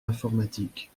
informatique